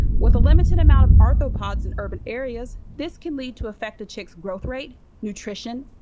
with a limited amount of arthropods in urban areas, this can lead to affect the chick's growth rate, nutrition,